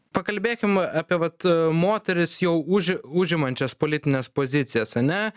pakalbėkim apie vat moteris jau už užimančias politines pozicijas ane